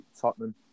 Tottenham